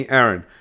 Aaron